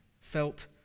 felt